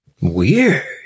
Weird